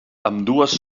ambdues